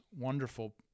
wonderful